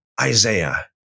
Isaiah